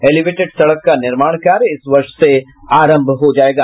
elevated सड़क का निर्माण कार्य इस वर्ष से आरंभ हो जायेगा